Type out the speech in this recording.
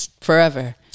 forever